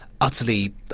utterly